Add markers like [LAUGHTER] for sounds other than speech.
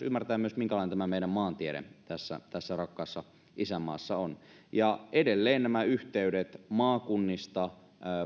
[UNINTELLIGIBLE] ymmärtää myös minkälainen meidän maantiede tässä tässä rakkaassa isänmaassa on edelleen yhteydet maakunnista